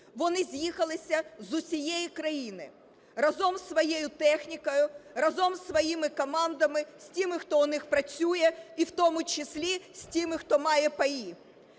Вони з'їхалися з усієї країни разом з своєю технікою, разом з своїми командами, з тими, хто у них працює, і в тому числі з тими, хто має паї.